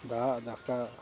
ᱫᱟᱜ ᱫᱟᱠᱟ